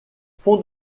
fonds